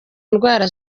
ndwara